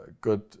good